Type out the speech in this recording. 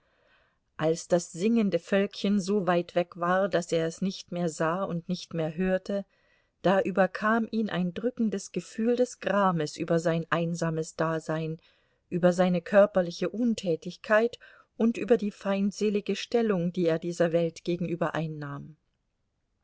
als das singende völkchen so weit weg war daß er es nicht mehr sah und nicht mehr hörte da überkam ihn ein drückendes gefühl des grames über sein einsames dasein über seine körperliche untätigkeit und über die feindselige stellung die er dieser welt gegenüber einnahm